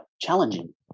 challenging